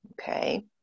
okay